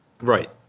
Right